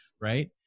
right